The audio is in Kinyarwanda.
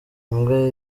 imbwa